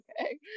okay